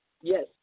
Yes